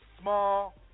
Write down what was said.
small